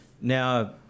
now